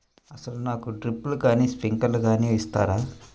అసలు నాకు డ్రిప్లు కానీ స్ప్రింక్లర్ కానీ ఇస్తారా?